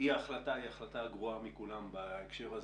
אי החלטה היא ההחלטה הגרועה מכולן בהקשר הזה.